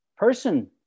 person